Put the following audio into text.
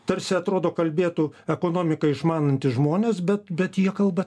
tarsi atrodo kalbėtų ekonomiką išmanantys žmonės bet bet jie kalba